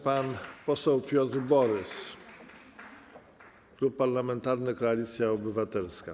Pan poseł Piotr Borys, Klub Parlamentarny Koalicja Obywatelska.